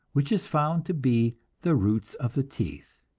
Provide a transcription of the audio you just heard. which is found to be the roots of the teeth.